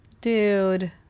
Dude